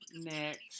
Next